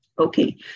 Okay